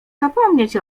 zapomnieć